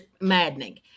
maddening